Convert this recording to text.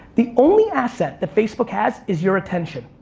the only asset that facebook has is your attention.